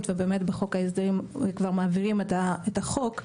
ובאמת בחוק ההסדרים כבר מעבירים את החוק,